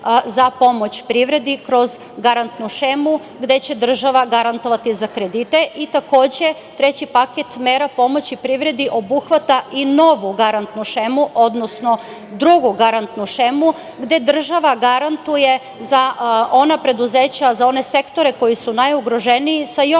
za pomoć privredi kroz garantnu šemu gde će država garantovati za kredite, i takođe treći paket mera pomoći privredi obuhvata i novu garantnu šemu, odnosno drugu garantnu šemu gde država garantuje za ona preduzeća za one sektore koji su najugroženiji sa još većim